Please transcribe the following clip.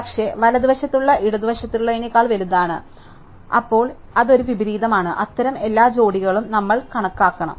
പക്ഷേ വലതുവശത്തുള്ളത് ഇടതുവശത്തുള്ളതിനേക്കാൾ വലുതാണ് അപ്പോൾ അത് ഒരു വിപരീതമാണ് അത്തരം എല്ലാ ജോഡികളും നമ്മൾ കണക്കാക്കണം